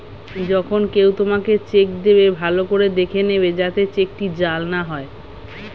যখন কেউ তোমাকে চেক দেবে, ভালো করে দেখে নেবে যাতে চেকটি জাল না হয়